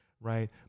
right